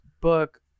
book